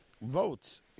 votes